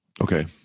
Okay